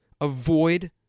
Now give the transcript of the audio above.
Avoid